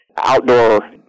outdoor